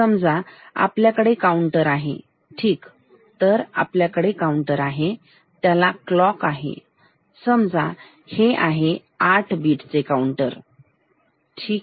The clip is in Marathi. समजा आपल्याकडे काउंटर आहे ठीक तर आपल्याकडे काउंटर आहे त्याला क्लॉक आहे समजा हे आहे 8 बिट काऊंटरठीक